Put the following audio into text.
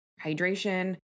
Hydration